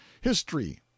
history